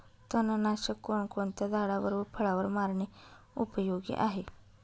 तणनाशक कोणकोणत्या झाडावर व फळावर मारणे उपयोगी आहे?